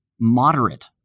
moderate